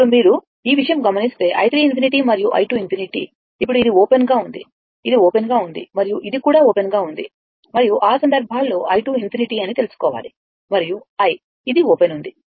ఇప్పుడు మీరు ఈ విషయం గమనిస్తే i1 ∞మరియు i 2 ∞ ఇప్పుడు ఇది ఓపెన్ గా ఉంది ఇది ఓపెన్ గా ఉంది మరియు ఇది కూడా ఓపెన్ గా ఉంది మరియు ఆ సందర్భంలోi2∞ అని తెలుసుకోవాలి మరియు i ఇది ఓపెన్ ఉంది